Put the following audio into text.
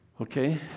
Okay